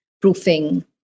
proofing